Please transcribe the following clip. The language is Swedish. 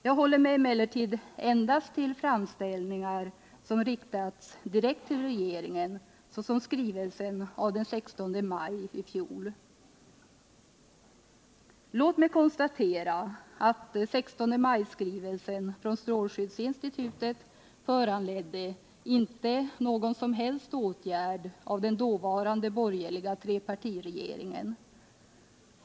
Jag håller mig emellertid endast till framställningar som riktats direkt till regeringen, såsom skrivelsen av den 16 maj i fjol. Låt mig konstatera att 16-maj-skrivelsen från strålskyddsinstitutet inte föranledde någon som helst åtgärd från den dåvarande borgerliga trepartiregeringen.